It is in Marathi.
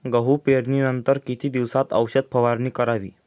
गहू पेरणीनंतर किती दिवसात औषध फवारणी करावी?